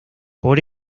por